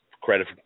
Credit